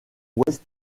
ouest